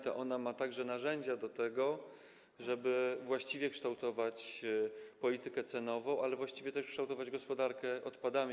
To ona ma narzędzia do tego, żeby właściwie kształtować politykę cenową, ale też właściwie kształtować gospodarkę odpadami.